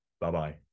Bye-bye